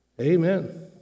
Amen